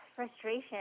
Frustration